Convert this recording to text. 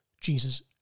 Jesus